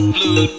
Blue